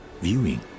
viewing